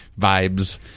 vibes